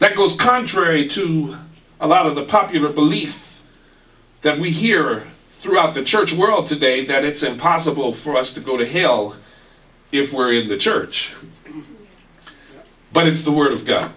that goes contrary to a lot of the popular belief that we hear throughout the church world today that it's impossible for us to go to hell if we're a good church but is the word of god